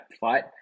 fight